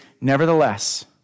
nevertheless